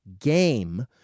game